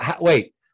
Wait